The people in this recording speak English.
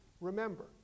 remember